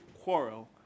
quarrel